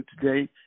today